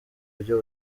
buryo